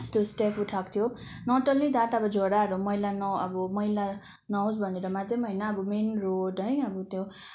यस्तो स्टेप उठाएको थियो नट अनली द्याट अब झोडाहरू मैला न अब मैला नहोस् भनेर मात्रै पनि होइन अब मेन रोड है अब त्यो